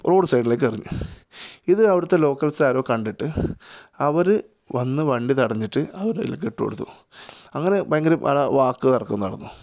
road സൈഡിലേക്കെറിഞ്ഞു ഇത് അവിടുത്തെ ലോക്കല്സ്സാരോ കണ്ടിട്ട് അവർ വന്ന് വണ്ടി തടഞ്ഞിട്ട് അവരതിലേക്കിട്ടു കൊടുത്തു അങ്ങനെ ഭയങ്കര വഴ വാക്ക് തര്ക്കം നടന്നു